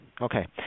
Okay